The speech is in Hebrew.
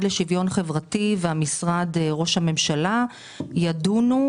לשוויון חברתי ומשרד ראש הממשלה ידונו